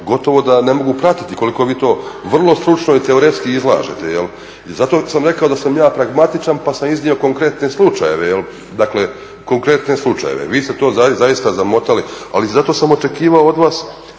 gotovo da ne mogu pratiti koliko vi to vrlo stručno i teoretski izlažete. I zato sam rekao da sam ja pragmatičan pa sam iznio konkretne slučajeve, dakle konkretne slučajeve. Vi ste to zaista zamotali ali zato sam očekivao od vas